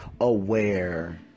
aware